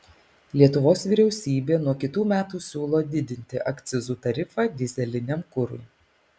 lietuvos vyriausybė nuo kitų metų siūlo didinti akcizų tarifą dyzeliniam kurui